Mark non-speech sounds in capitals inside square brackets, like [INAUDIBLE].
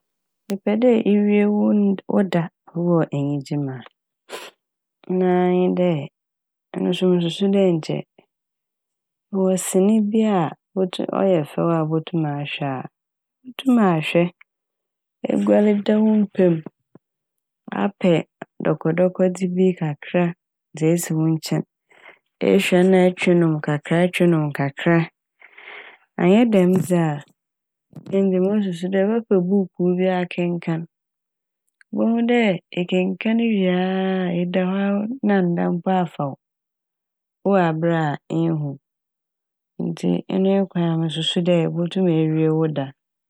Epɛ dɛ iwie wo nd- wo da wɔ enyiggye mu a [HESITATION] na a nye dɛ ɔno so mususu dɛ nkyɛ ewɔ sene bi a botu- ɔyɛ fɛw a botum ahwɛ a botum ahwɛ, eguar [NOISE] da wo mpa m' apɛ dɔkɔdɔkɔ dze bi kakra dze esi wo nkyɛn. Ehwɛ na etwe nom kakra etwe nom kakra annyɛ dɛm dze a [NOISE] ɛno mosusu dɛ ebɛpɛ buukuu bi akenkan bohu dɛ ekenkaan wie aa eda hɔ a [UNINTELLIGIBLE] na nda mpo afa wo ewɔ aber a nnhu ntsi ɛno nye kwan a mususu dɛ ibotum ewie wo da.